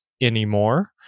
anymore